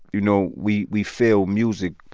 you know, we we feel music,